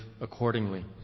accordingly